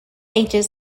ages